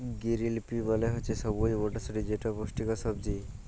গিরিল pea মালে হছে সবুজ মটরশুঁটি যেট পুষ্টিকর সবজি